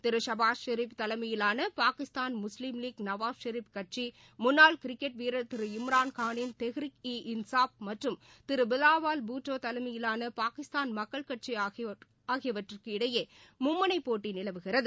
திரு ஷபாஸ் ஷெரீப் தலைமையிலான பாகிஸ்தான் முஸ்லிம் லீக் நவாஸ் ஷெரீப் கட்சி முன்னாள் கிரிக்கெட் வீரர் திரு இம்ரான் கானின் தெஹ்ரிக் ஈ இன்சாஃப் மற்றும் திரு பிலாவால் பூட்டோ தலைமையிலாள பாகிஸ்தான் மக்கள் கட்சி ஆகியவற்றுக்கு இடையே மும்முனைப் போட்டி நிலவுகிறது